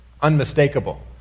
unmistakable